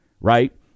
right